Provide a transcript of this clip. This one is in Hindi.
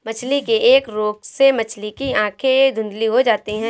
मछली के एक रोग से मछली की आंखें धुंधली हो जाती है